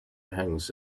hangs